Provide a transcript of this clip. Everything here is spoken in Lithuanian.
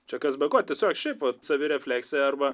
čia kas be ko tiesiog šiaip savirefleksija arba